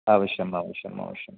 अवश्यम् अवश्यम् अवश्यं